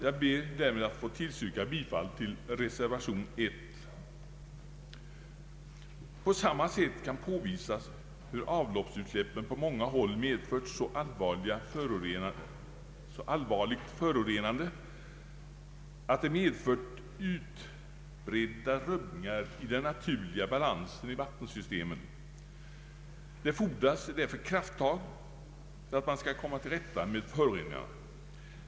Jag ber därmed att få tillstyrka bifall till reservation I. På samma sätt kan påvisas, hur avloppsutsläppen i många fall medfört så allvarligt förorenande att det inneburit utbredda rubbningar i den naturliga balansen i vattensystemen. Det fordras därför krafttag för att komma till rätta med föroreningarna.